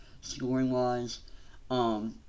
scoring-wise